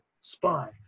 spy